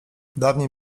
dawniej